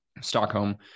Stockholm